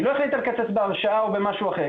היא לא החליטה לקצץ בהרשאה או במשהו אחר.